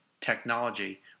technology